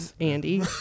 Andy